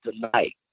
tonight